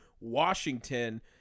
Washington